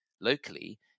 locally